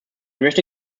möchte